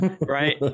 Right